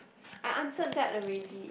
I answered that already